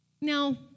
Now